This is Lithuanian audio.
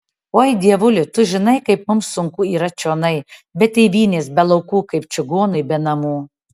oi dievuli tu žinai kaip mums sunku yra čionai be tėvynės be laukų kaip čigonui be namų